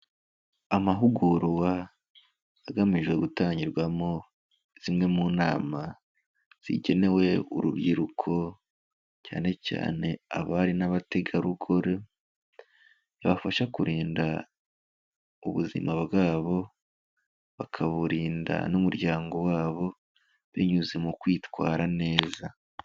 Amahugurwa agamije gutangirwamo zimwe mu nama zigenewe urubyiruko cyane cyane abari n'abategarugori yabafasha kurinda ubuzima bwabo, bakaburinda n'umuryango wabo binyuze mu kwitwara neza.